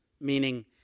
meaning